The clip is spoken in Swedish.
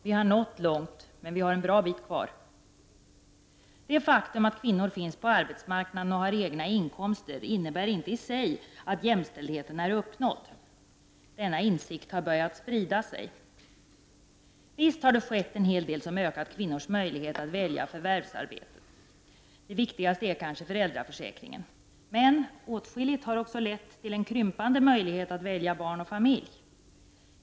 Vi har nått långt, men vi har en bra bit kvar. Det faktum att kvinnor finns på arbetsmarknaden och har egna inkomster innebär inte i sig att jämställdheten är uppnådd. Denna insikt har börjat sprida sig. Visst har det skett en hel del som ökar kvinnors möjlighet att välja förvärvsarbete. Det viktigaste är kanske föräldraförsäkringen. Men åtskilligt har också lett till en krympande möjlighet att välja barn och familj.